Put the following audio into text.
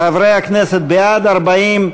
חברי הכנסת, בעד, 40,